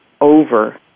over